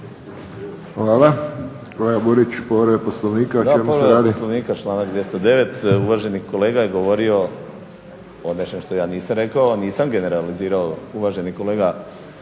Hvala. Kolega Burić, povreda Poslovnika.